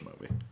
movie